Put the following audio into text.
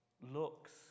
looks